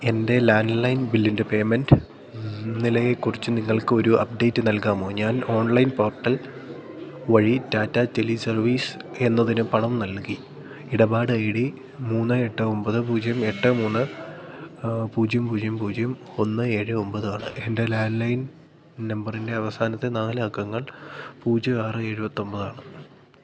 എൻ്റെ ലാൻലൈൻ ബില്ലിൻ്റെ പേയ്മെൻറ്റ് നിലയെക്കുറിച്ച് നിങ്ങൾക്കൊരു അപ്ഡേറ്റ് നൽകാമോ ഞാൻ ഓൺലൈൻ പോർട്ടൽ വഴി റ്റാറ്റാ റ്റെലി സർവ്വിസ് എന്നതിന് പണം നൽകി ഇടപാട് ഐ ഡി മൂന്ന് എട്ട് ഒമ്പത് പൂജ്യം എട്ട് മൂന്ന് പൂജ്യം പൂജ്യം പൂജ്യം ഒന്ന് ഏഴ് ഒമ്പതാണ് എൻ്റെ ലാൻലൈൻ നമ്പറിൻ്റെ അവസാനത്തെ നാല് അക്കങ്ങൾ പൂജ്യം ആറ് എഴുപത്തൊമ്പതാണ്